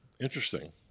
Interesting